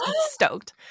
stoked